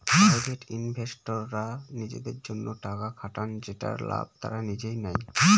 private ইনভেস্টররা নিজেদের জন্য টাকা খাটান যেটার লাভ তারা নিজেই নেয়